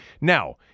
Now